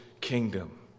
kingdom